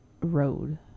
road